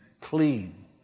clean